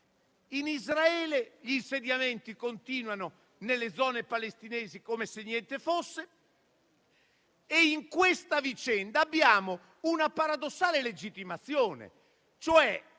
In Israele gli insediamenti continuano nelle zone palestinesi come se niente fosse e in questa vicenda abbiamo una paradossale legittimazione, cioè